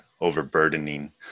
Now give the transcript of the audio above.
Overburdening